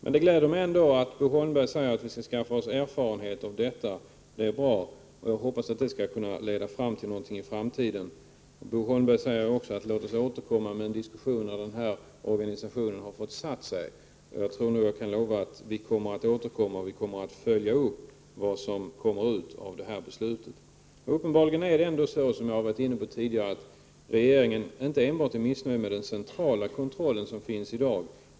Det gläder mig emellertid att Bo Holmberg säger att vi skall skaffa oss erfarenhet av detta. Det är bra, och jag hoppas att det skall kunna leda fram till någonting i framtiden. Bo Holmberg säger också att vi får återkomma till denna diskussion när den nya organisationen har stabiliserats. Jag tror att jag kan leva att vi kommer att återkomma, liksom vi kommer att följa upp vad som kommer ut av detta beslut. Som jag tidigare varit inne på är det uppenbarligen så, att regeringen inte är missnöjd enbart med den centrala kontrollen som i dag utövas.